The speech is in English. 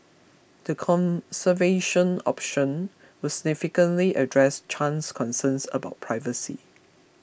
the conservation option would significantly address Chan's concerns about privacy